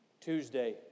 Tuesday